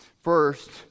First